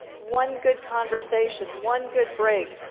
one good conversation, one good break,